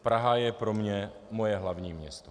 Praha je pro mě moje hlavní město.